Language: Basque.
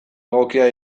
egokia